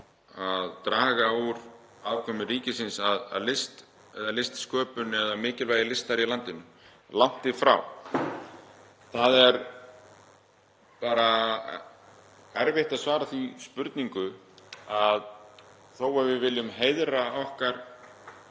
að draga úr aðkomu ríkisins að listsköpun eða mikilvægi listar í landinu, langt í frá. Það er bara erfitt að svara þeirri spurningu að þó að við viljum heiðra okkar